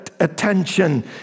attention